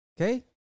Okay